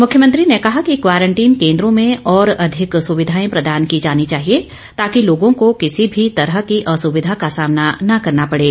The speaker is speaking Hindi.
मुख्यमंत्री ने कहा कि क्वारंटीन केन्द्रों में और अधिक सुविधाएं प्रदान की जानी चाहिए ताकि लोगों को किसी भी तरह की असुविधा का सामना न करना पड़े